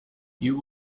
you